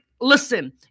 listen